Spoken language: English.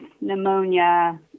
pneumonia